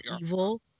evil